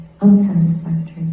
unsatisfactory